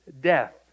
death